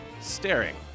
staring